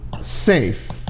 safe